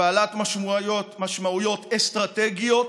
בעלת משמעויות אסטרטגיות